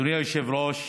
אדוני היושב-ראש,